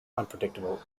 unpredictable